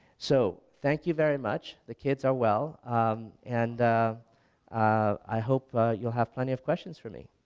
so thank you very much, the kids are well um and i hope you'll have plenty of questions for me.